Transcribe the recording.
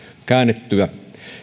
käännettyä